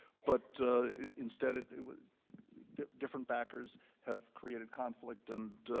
but instead it it was different backers have created conflict, and